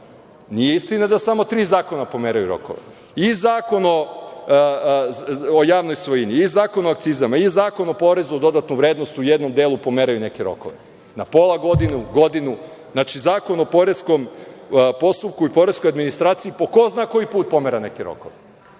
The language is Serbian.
nije istina da samo tri zakona pomeraju rokove, i Zakon o javnoj svojini i Zakon o akcizama i Zakon o porezu na dodatu vrednost u jednom delu pomeraju neke rokove, na pola godine, godinu. Znači, Zakon o poreskom postupku i poreskoj administraciji po ko zna koji put pomera neke rokove.